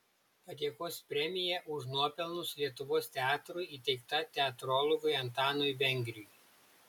padėkos premija už nuopelnus lietuvos teatrui įteikta teatrologui antanui vengriui